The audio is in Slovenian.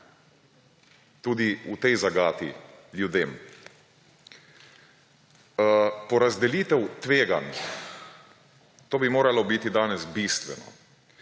tudi v tej zagati ljudem. Porazdelitev tveganj, to bi moralo biti danes bistveno.